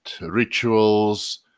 rituals